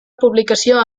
publicació